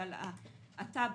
אתה,